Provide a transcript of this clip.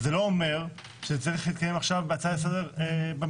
זה לא אומר שזה צריך להתקיים עכשיו בהצעה לסדר במליאה.